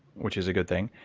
which is a good thing.